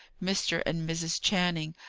mr. and mrs. channing,